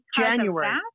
January